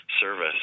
service